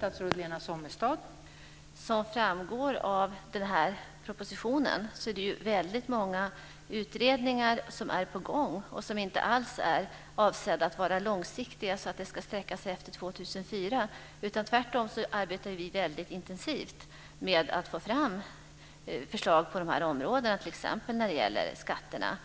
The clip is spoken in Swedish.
Fru talman! Som framgår av propositionen är det väldigt många utredningar på gång som inte är avsedda att vara så långsiktiga att de sträcker sig längre än till 2004. Tvärtom arbetar vi väldigt intensivt med att få fram förslag på dessa områden, t.ex. när det gäller skatterna.